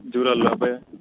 जुड़ल रहबै